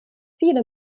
viele